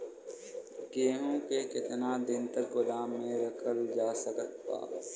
गेहूँ के केतना दिन तक गोदाम मे रखल जा सकत बा?